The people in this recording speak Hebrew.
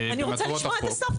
אני רוצה לשמוע עד הסוף.